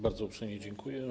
Bardzo uprzejmie dziękuję.